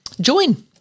join